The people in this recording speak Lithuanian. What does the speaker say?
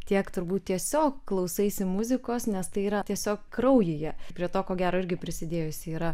tiek turbūt tiesiog klausaisi muzikos nes tai yra tiesiog kraujyje prie to ko gero irgi prisidėjusi yra